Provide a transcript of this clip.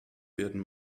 werden